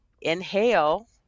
inhale